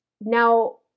Now